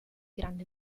grande